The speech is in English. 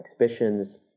exhibitions